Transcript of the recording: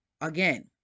Again